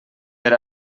per